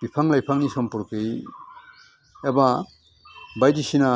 बिफां लाइफांनि सम्पर्खै एबा बायदिसिना